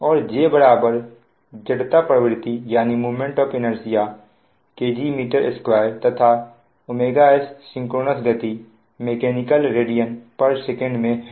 और J जड़ता प्रवृत्ति तथा ωs mech सिंक्रोनस गति mechanical radsecमें है